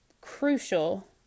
crucial